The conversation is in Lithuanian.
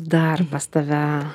darbas tave